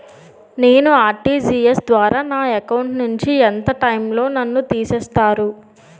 నేను ఆ.ర్టి.జి.ఎస్ ద్వారా నా అకౌంట్ నుంచి ఎంత టైం లో నన్ను తిసేస్తారు?